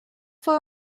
for